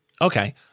Okay